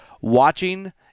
watching